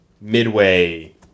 midway